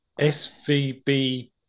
SVB